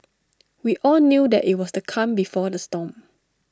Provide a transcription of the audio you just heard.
we all knew that IT was the calm before the storm